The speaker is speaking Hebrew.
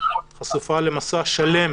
חשופה למסע שלם